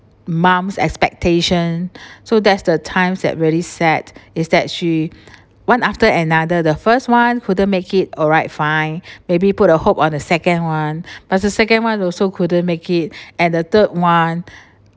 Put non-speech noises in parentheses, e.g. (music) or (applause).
mom's expectation (breath) so that's the times that really sad is that she one after another the first one couldn't make it alright fine maybe put a hope on a second one but the second one also couldn't make it and the third one